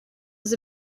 was